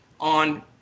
on